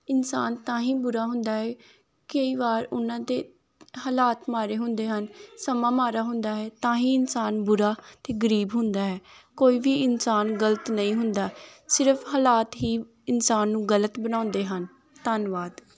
ਇਨਸਾਨ ਤਾਂ ਹੀ ਬੁਰਾ ਹੁੰਦਾ ਹੈ ਕਈ ਵਾਰ ਉਹਨਾਂ ਦੇ ਹਾਲਾਤ ਮਾੜੇ ਹੁੰਦੇ ਹਨ ਸਮਾਂ ਮਾੜਾ ਹੁੰਦਾ ਹੈ ਤਾਂ ਹੀ ਇਨਸਾਨ ਬੁਰਾ ਅਤੇ ਗਰੀਬ ਹੁੰਦਾ ਹੈ ਕੋਈ ਵੀ ਇਨਸਾਨ ਗਲਤ ਨਹੀਂ ਹੁੰਦਾ ਸਿਰਫ ਹਾਲਾਤ ਹੀ ਇਨਸਾਨ ਨੂੰ ਗਲਤ ਬਣਾਉਂਦੇ ਹਨ ਧੰਨਵਾਦ